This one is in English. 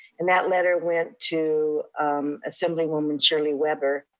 and that letter went to assemblywoman shirley weber,